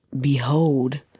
behold